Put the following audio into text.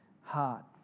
heart